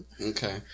Okay